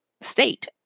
state